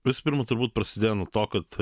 visų pirma turbūt prasidėjo nuo to kad